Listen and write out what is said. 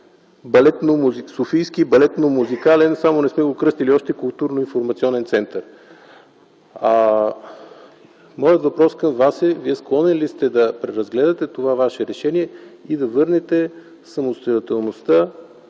балетно-музикален център, само не сме го кръстили още културно-информационен център. Моят въпрос към Вас е: склонен ли сте да преразгледате това Ваше решение и да върнете самостоятелността